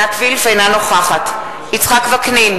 אינה נוכחת יצחק וקנין,